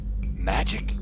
magic